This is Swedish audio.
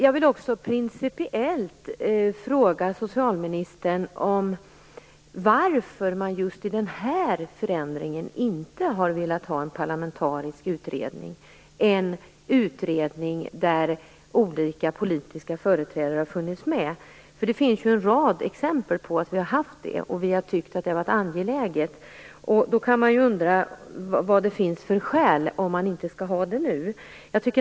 Jag vill också ställa en principiell fråga till socialministern. Varför har man just i den här förändringen inte velat ha en parlamentarisk utredning, en utredning där olika politiska företrädare funnits med? Det finns en rad exempel på att vi har haft sådana utredningar, och vi har tyckt att det har varit angeläget. Man kan undra vad det finns för skäl att man inte skall ha det nu.